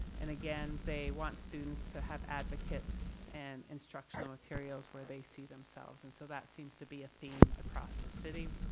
and again they want students to have advocates and instructional materials where they see themselves and so that seems to be a theme across the city.